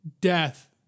death